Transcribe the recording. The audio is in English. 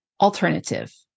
alternative